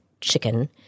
chicken